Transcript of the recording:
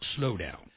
slowdown